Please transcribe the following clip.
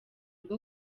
bwo